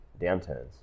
downturns